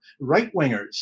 right-wingers